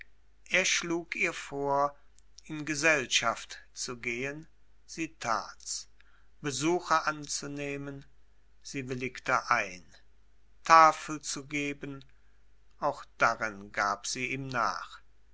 er schlug ihr vor in gesellschaft zu gehen sie tats besuche anzunehmen sie willigte ein tafel zu geben auch darin gab sie ihm nach